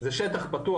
זה שטח פתוח,